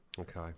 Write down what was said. Okay